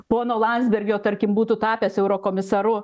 pono landsbergio tarkim būtų tapęs eurokomisaru